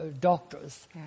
Doctors